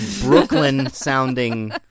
Brooklyn-sounding